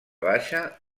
baixa